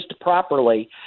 properly